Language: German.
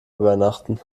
übernachten